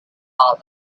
all